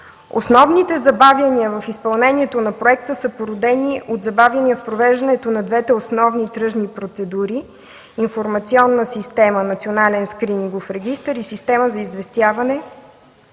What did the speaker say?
Основните забавяния в изпълнението на проекта са породени от забавените провеждания на двете основни тръжни процедури – информационна система „Национален скринингов регистър” и система за известяване